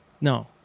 No